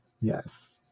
Yes